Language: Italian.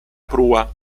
prua